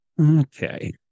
Okay